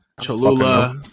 Cholula